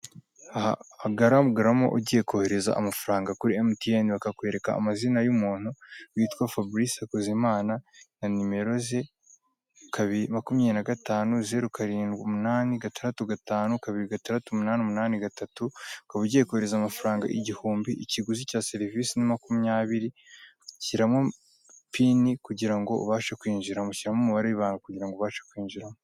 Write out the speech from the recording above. Aha hagaragaramo ugiye kohereza amafaranga kuri MTN bakakwereka amazina y'umuntu witwa Fabrice HAKUZIMANA na nimero ze 250786526883 ukaba ugiye kohereza amafaranga igihumbi(1000 rwf) ikiguzi cya serivise ni makumyabiri (20 rwf) ,Shyiramo Pini(ijambo banga) kugirango ubashe kwinjiramo, Shyiramo umubare wibanga kugirango ubashe kwinjiramo.